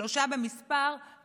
שלושה במספר,